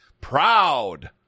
proud